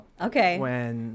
Okay